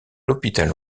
l’hôpital